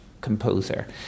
composer